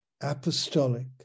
apostolic